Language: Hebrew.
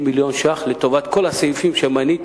אז 60 מיליון שקלים לטובת כל הסעיפים שמניתי